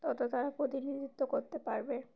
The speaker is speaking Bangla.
তত তারা প্রতিনিধিত্ব করতে পারবে